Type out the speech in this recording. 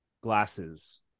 glasses